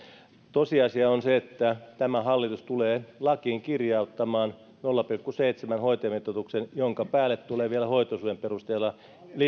tosiasia on se että tämä hallitus tulee lakiin kirjauttamaan nolla pilkku seitsemän hoitajamitoituksen jonka päälle tulee vielä hoitoisuuden perusteella